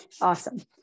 Awesome